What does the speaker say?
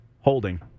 Holding